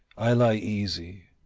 i lie easy,